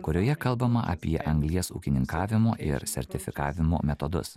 kurioje kalbama apie anglies ūkininkavimo ir sertifikavimo metodus